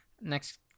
next